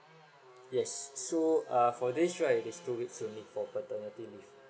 yes so err for this right it's two weeks only for paternity leave